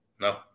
No